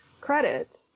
credit